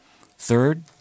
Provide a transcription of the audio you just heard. Third